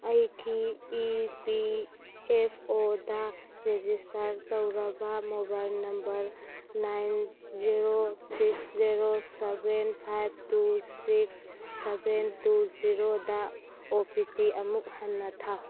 ꯑꯩꯒꯤ E P F ꯑꯣꯗ register ꯇꯧꯔꯕ mobile number nine zero six zero seven five two six seven two ꯖꯦꯔꯣꯗ O P T ꯑꯃꯨꯛ ꯍꯟꯅ ꯊꯥꯎ